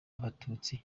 abatutsi